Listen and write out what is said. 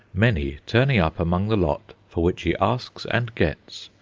many turning up among the lot for which he asks, and gets,